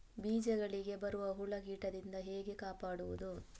ಬೀಜಗಳಿಗೆ ಬರುವ ಹುಳ, ಕೀಟದಿಂದ ಹೇಗೆ ಕಾಪಾಡುವುದು?